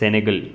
Senegal